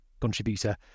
contributor